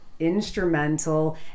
instrumental